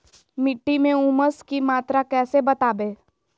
मिट्टी में ऊमस की मात्रा कैसे बदाबे?